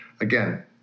again